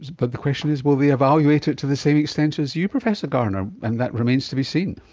but the question is will they evaluate it to the same extent as you professor gardiner? and that remains to be seen.